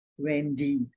Wendy